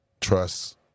trust